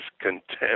contempt